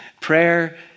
Prayer